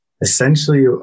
Essentially